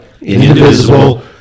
indivisible